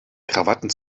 krawatten